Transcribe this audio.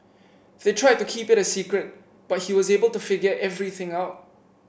they tried to keep it a secret but he was able to figure everything out